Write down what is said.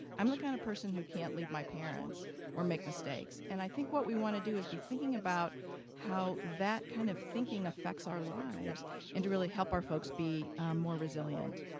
i'm the kind of person who can't leave my parents or make mistakes. and i think what we want to do is be thinking about how that kind of thinking affects our lives and to really help our folks be more resilient.